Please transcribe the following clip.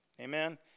Amen